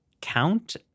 count